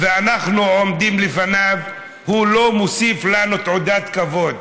שאנחנו עומדים לפניו, לא מוסיף לנו כבוד,